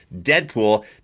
Deadpool